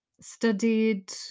studied